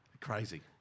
Crazy